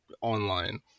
online